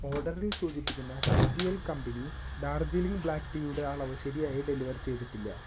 ഓർഡറിൽ സൂചിപ്പിച്ചിരിക്കുന്ന T G L company Darjeeling black tea യുടെ അളവ് ശരിയായി ഡെലിവർ ചെയ്തിട്ടില്ല